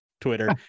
Twitter